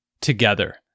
Together